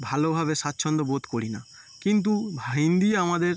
ভালোভাবে স্বাচ্ছন্দ্য বোধ করি না কিন্তু হিন্দি আমাদের